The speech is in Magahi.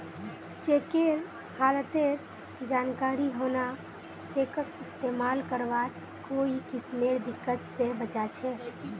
चेकेर हालतेर जानकारी होना चेकक इस्तेमाल करवात कोई किस्मेर दिक्कत से बचा छे